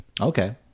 Okay